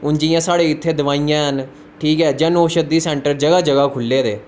जियां साढ़े इत्थै दवाइयां हैन ठीक ऐ जां जन औषधि सेंटर न जगहा जगहा खुल्ले दे